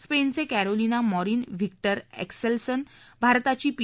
स्पेनचे Carolina Marin Viktor Axelsen भारताची P